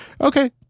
Okay